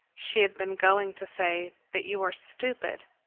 she had been going to say, that you are stupid.